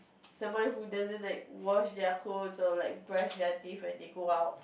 someone who doesn't like wash their clothes or like brush their teeth when they go out